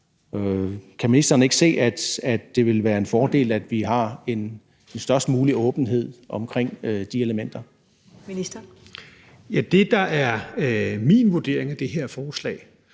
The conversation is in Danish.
Kan ministeren ikke se, at det vil være en fordel, at vi har den størst mulige åbenhed omkring de elementer? Kl. 15:14 Første næstformand